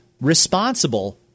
responsible